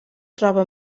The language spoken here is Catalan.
troba